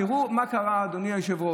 תראו מה קרה, אדוני היושב-ראש.